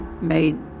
made